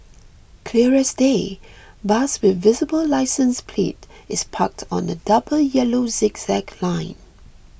clear as day bus with visible licence plate is parked on a double yellow zigzag line